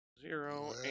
Zero